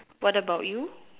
what about you